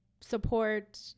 support